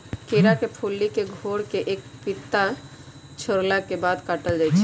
केरा के फुल्ली के घौर से एक बित्ता छोरला के बाद काटल जाइ छै